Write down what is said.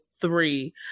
three